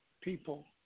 people